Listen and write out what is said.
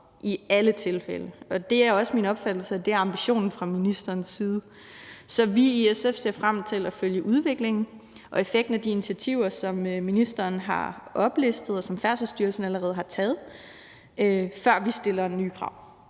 i alle tilfælde. Det er også min opfattelse, at det er ambitionen fra ministerens side. Så vi i SF ser frem til at følge udviklingen og effekten af de initiativer, som ministeren har oplistet, og som Færdselsstyrelsen allerede har taget, før vi stiller nye krav.